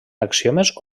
axiomes